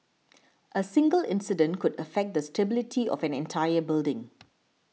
a single incident could affect the stability of an entire building